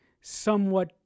somewhat